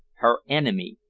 her enemy.